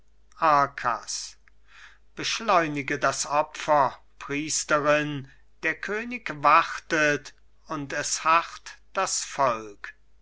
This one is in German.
beschleunige das opfer priesterin der könig wartet und es harrt das volk